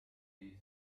you